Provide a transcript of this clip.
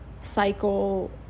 cycle